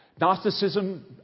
Gnosticism